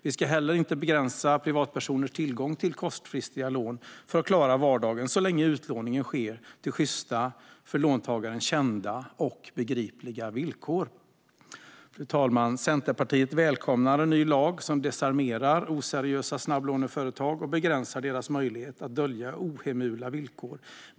Vi ska inte heller begränsa privatpersoners tillgång till kortfristiga lån för att klara vardagen så länge utlåningen sker till sjysta, för låntagaren kända och begripliga villkor. Fru talman! Centerpartiet välkomnar en ny lag som desarmerar oseriösa snabblåneföretag och begränsar deras möjligheter att dölja ohemula villkor.